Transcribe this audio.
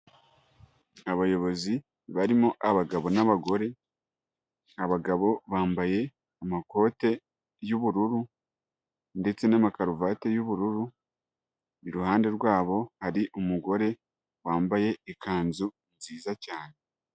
Abayobozi barimo abagabo n'abagore abagabo bambaye amakoti y'ubururu ndetse n'amakaruvate y'ubururu, iruhande rwabo hari umugore wambaye ikanzu nziza cyane.